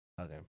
Okay